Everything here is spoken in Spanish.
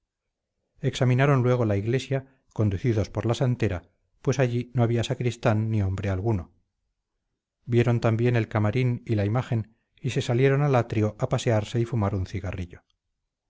examinaron luego la iglesia conducidos por la santera pues allí no había sacristán ni hombre alguno vieron también el camarín y la imagen y se salieron al atrio a pasearse y fumar un cigarrillo